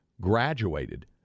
graduated